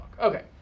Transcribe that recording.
Okay